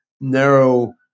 narrow